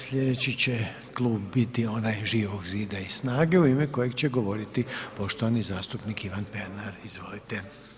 Slijedeći će klub niti onaj Živog zida i SNAGA-e u ime kojeg će govoriti poštovani zastupnik Ivan Pernar, izvolite.